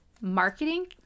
marketing